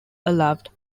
allowed